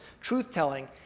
truth-telling